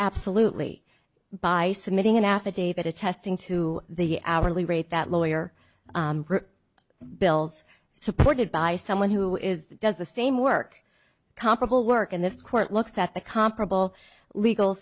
absolutely by submitting an affidavit attesting to the hourly rate that lawyer bills supported by someone who is does the same work comparable work in this court looks at the comparable legal